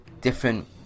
different